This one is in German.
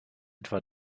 etwa